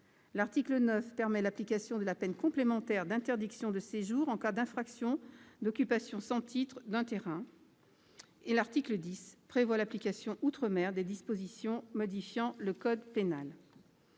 L'article 9 permet l'application de la peine complémentaire d'interdiction de séjour en cas d'infraction d'occupation sans titre d'un terrain. L'article 10 prévoit l'application outre-mer des dispositions modifiant le code pénal.